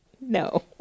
No